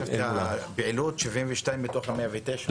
הפעילות, 72 מתוך ה-109.